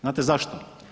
Znate zašto?